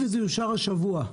אם זה יאושר השבוע,